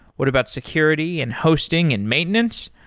what about security and hosting and maintenance?